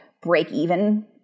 break-even